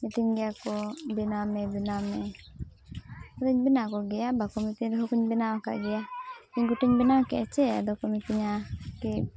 ᱢᱤᱛᱟᱹᱧ ᱜᱮᱭᱟᱠᱚ ᱵᱮᱱᱟᱣᱢᱮ ᱵᱮᱱᱟᱣᱢᱮ ᱟᱫᱚᱧ ᱵᱮᱱᱟᱣ ᱠᱚᱜᱮᱭᱟ ᱵᱟᱠᱚ ᱢᱤᱛᱟᱹᱧ ᱨᱮᱦᱚᱸᱠᱚᱧ ᱵᱮᱱᱟᱣ ᱟᱠᱟᱫ ᱜᱮᱭᱟ ᱤᱧ ᱜᱚᱴᱟᱧ ᱵᱮᱱᱟᱣ ᱠᱮᱫᱟ ᱪᱮ ᱟᱫᱚᱠᱚ ᱢᱮᱛᱟᱹᱧᱟ ᱠᱤ